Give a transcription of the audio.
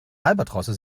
albatrosse